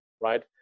right